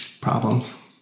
problems